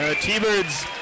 T-Birds